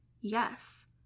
yes